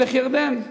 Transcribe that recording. מלך ירדן?